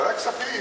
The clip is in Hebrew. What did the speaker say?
ועדת כספים.